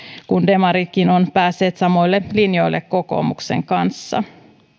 kun demaritkin ovat päässeet samoille linjoille kokoomuksen kanssa